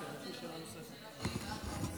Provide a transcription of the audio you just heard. הסדר זה שתהיה השאלה שלי ואז תענה במרוכז.